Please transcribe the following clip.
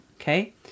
okay